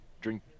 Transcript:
Drink